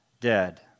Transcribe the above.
dead